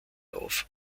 auf